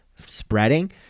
spreading